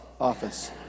office